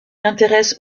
intéresse